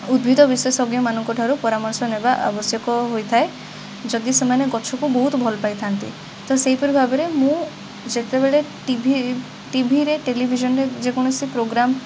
ଉଦ୍ଭିଦ ବିଶେଷଜ୍ଞ ମାନଙ୍କଠାରୁ ପରାମର୍ଶ ନେବା ଆବଶ୍ୟକ ହୋଇଥାଏ ଯଦି ସେମାନେ ଗଛକୁ ବହୁତ ଭଲ ପାଇଥାନ୍ତି ତ ସେଇପରି ଭାବରେ ମୁଁ ଯେତେବେଳେ ଟିଭି ଟିଭିରେ ଟେଲିଭିଜନରେ ଯେକୌଣସି ପ୍ରୋଗ୍ରାମ